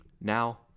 Now